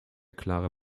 klare